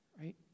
Right